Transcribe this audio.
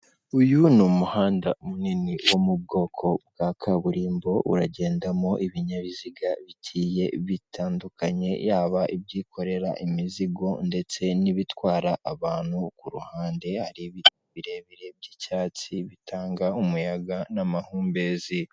Uyu ni umuhanda munini wo mu bwoko bwa kaburimbo, uragendamo ibinyabiziga bigiye bitandukanye, yaba ibyikorera imizigo ndetse n'ibitwara abantu, ku ruhande hari ibiti birebire by'icyatsi, bitanga umuyaga n'amahumbezi.